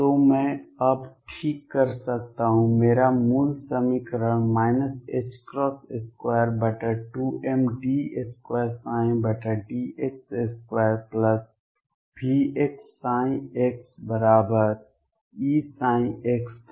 तो मैं अब ठीक कर सकता हूँ मेरा मूल समीकरण 22md2dx2VxxEψx था